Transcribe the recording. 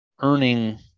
earning